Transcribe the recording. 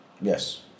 Yes